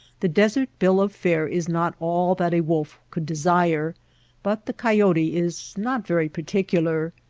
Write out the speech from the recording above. the desert bill of fare is not all that a wolf could desire but the coyote is not very particular.